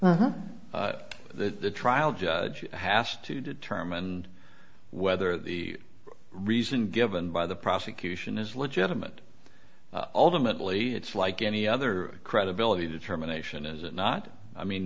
that the trial judge has to determine whether the reason given by the prosecution is legitimate ultimately it's like any other credibility determination is it not i mean